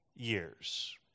years